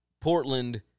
Portland